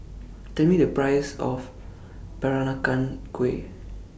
Tell Me The Price of Peranakan Kueh